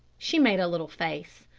she made a little face.